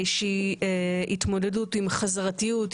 איזושהי התמודדות עם חזרתיות,